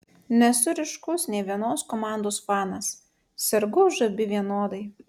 nesu ryškus nė vienos komandos fanas sergu už abi vienodai